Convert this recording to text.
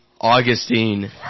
Augustine